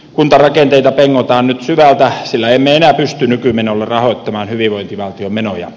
kuntarakenteita pengotaan nyt syvältä sillä emme enää pysty nykymenolla rahoittamaan hyvinvointivaltion menoja